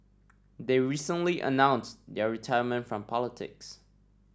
they recently announced their retirement from politics